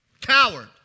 Coward